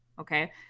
Okay